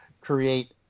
create